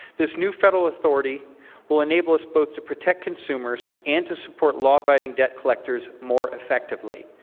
this new federal authority will enable us both to protect consumers and to support law-abiding debt collectors more effectively.